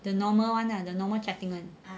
the normal one lah the normal chatting one